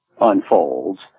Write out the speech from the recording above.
unfolds